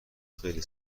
خیلی